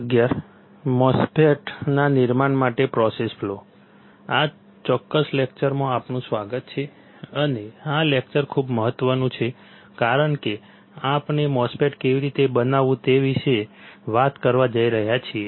આ ચોક્કસ લેકચરમાં આપનું સ્વાગત છે અને આ લેકચર ખૂબ મહત્વનું છે કારણ કે આપણે MOSFET કેવી રીતે બનાવવું તે વિશે વાત કરવા જઈ રહ્યા છીએ